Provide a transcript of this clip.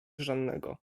żadnego